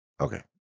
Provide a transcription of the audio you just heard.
Okay